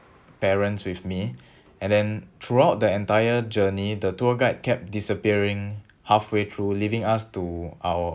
parents with me and then throughout the entire journey the tour guide kept disappearing halfway through leaving us to our